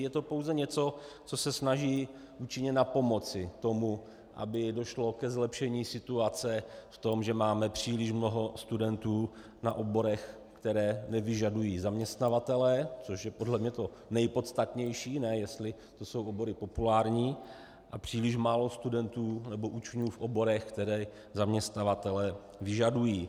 Je to pouze něco, co se snaží účinně napomoci tomu, aby došlo ke zlepšení situace v tom, že máme příliš mnoho studentů na oborech, které nevyžadují zaměstnavatelé, což je podle mě to nejpodstatnější, ne jestli to jsou obory populárních, a příliš málo studentů nebo učňů v oborech, které zaměstnavatelé vyžadují.